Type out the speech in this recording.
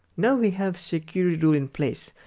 now we have security rules in place.